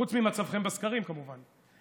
חוץ ממצבכם בסקרים, כמובן?